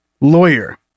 lawyer